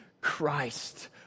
Christ